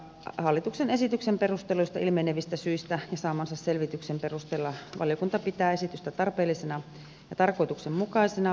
hallituksen esityksen perusteluista ilmenevistä syistä ja saamansa selvityksen perusteella valiokunta pitää esitystä tarpeellisena ja tarkoituksenmukaisena